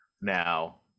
now